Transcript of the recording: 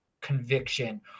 conviction